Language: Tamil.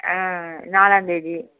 ஆ நாலாம்தேதி